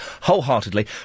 wholeheartedly